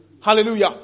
Hallelujah